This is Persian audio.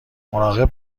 مراقب